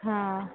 हा